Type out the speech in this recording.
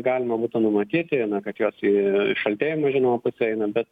galima būtų numatyti na kad jos į šaltėjimo žinoma pusę eina bet